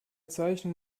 zeichnung